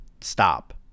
stop